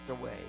away